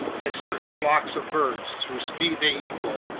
like certain flocks of birds, whose speed they equal,